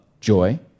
joy